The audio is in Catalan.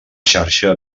xarxa